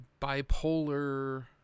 bipolar